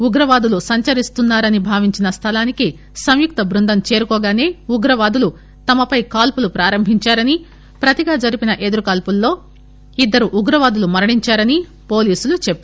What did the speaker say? ఉగ్రవాదులు సంచరిస్తున్నా రని భావించిన స్థలానికి సంయుక్తబృందం చేరుకోగాసే ఉగ్రవాదులు తమపై కాల్పులు ప్రారంభించారని ప్రతిగా జరిపిన ఎదురుకాల్పుల్లో ఇద్దరు ఉగ్రవాదులు మరణించారని పోలీసులు చెప్పారు